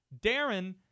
Darren